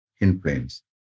Influence